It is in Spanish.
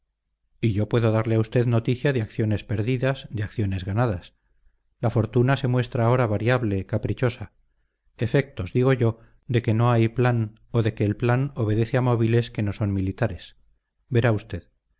y yo puedo darle a usted noticia de acciones perdidas de acciones ganadas la fortuna se muestra ahora variable caprichosa efectos digo yo de que no hay plan o de que el plan obedece a móviles que no son militares verá usted